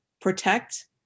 protect